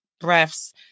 breaths